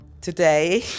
today